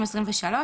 העצמאות.